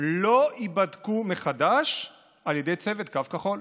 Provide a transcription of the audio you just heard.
לא ייבדקו מחדש על ידי צוות קו כחול.